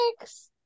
six